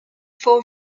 four